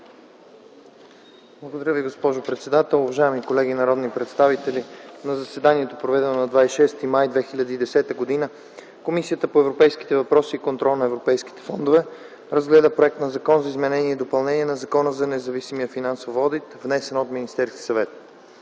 Благодаря, госпожо председател. Уважаеми колеги народни представители! „На заседанието, проведено на 26 май 2010 г., Комисията по европейските въпроси и контрол на европейските фондове разгледа Проект на закон за изменение и допълнение на Закона за независимия финансов одит, внесен от Министерския съвет.